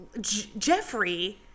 Jeffrey